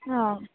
हां